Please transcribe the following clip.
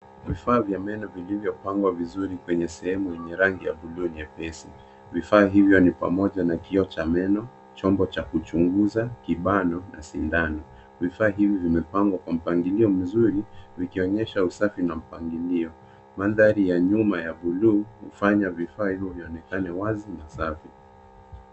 Vifaa vya meno vilivyopangwa vizuri kwenye sehemu yenye rangi ya buluu nyepesi. Vifaa hivi ni pamoja na kioo cha meno, chombo cha kuchunguza, kibano na sindano. Vifaa hivi vimepangwa kwa mpangilio mzuri ukionyesha usafi na mpangilio. Mandhari ya nyuma ya buluu hufanya vifaa hivyo vionekane wazi na safi.